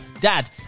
Dad